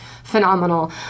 Phenomenal